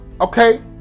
Okay